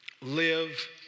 live